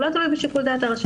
הוא לא תלוי בשיקול דעת הרשם.